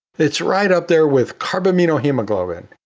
it's right up there with carbaminohemoglobin,